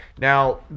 Now